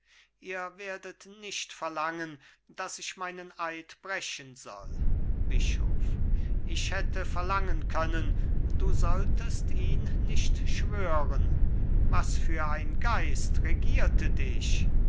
ihr werdet nicht verlangen daß ich meinen eid brechen soll bischof ich hätte verlangen können du solltest ihn nicht schwören was für ein geist regierte dich